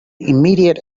immediate